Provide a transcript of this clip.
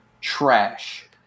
trash